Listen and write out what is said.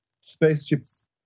spaceships